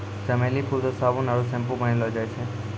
चमेली फूल से साबुन आरु सैम्पू बनैलो जाय छै